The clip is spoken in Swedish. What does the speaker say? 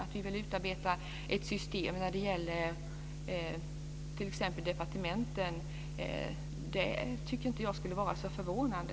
Att vi vill utarbeta ett system t.ex. när det gäller departementen tycker jag inte borde vara så förvånande.